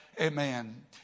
Amen